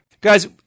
Guys